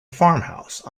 farmhouse